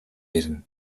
ирнэ